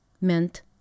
meant